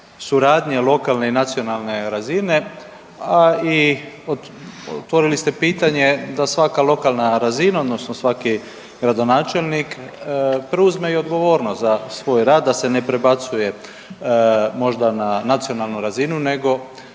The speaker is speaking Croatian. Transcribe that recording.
suradnje lokalne i nacionalne razine, a i otvorili ste pitanje da svaka lokalna razina odnosno svaki gradonačelnik preuzme i odgovornost za svoj rad da se ne prebacuje možda na nacionalnu razinu nego